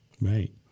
right